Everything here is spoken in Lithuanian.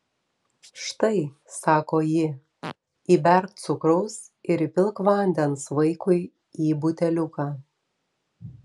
štai sako ji įberk cukraus ir įpilk vandens vaikui į buteliuką